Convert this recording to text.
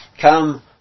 Come